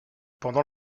pendant